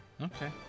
Okay